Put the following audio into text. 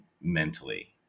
mentally